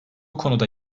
konuda